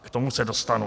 K tomu se dostanu.